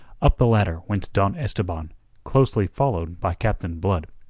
up the ladder went don esteban closely followed by captain blood.